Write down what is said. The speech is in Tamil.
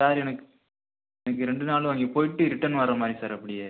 சார் எனக் எனக்கு ரெண்டு நாளு அங்கே போயிட்டு ரிட்டன் வரமாதிரி சார் அப்படியே